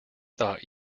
thought